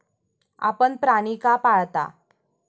आपण प्राणी का पाळता?